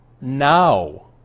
Now